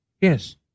Yes